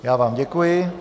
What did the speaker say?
Já vám děkuji.